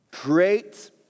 Great